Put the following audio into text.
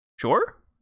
Sure